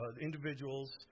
individuals